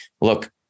look